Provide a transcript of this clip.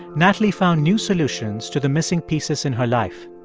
natalie found new solutions to the missing pieces in her life.